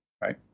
Right